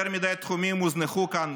יותר מדי תחומים הוזנחו כאן